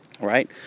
Right